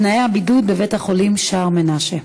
תנאי הבידוד בבית-החולים שער מנשה.